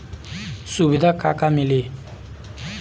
सुविधा का का मिली?